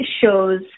shows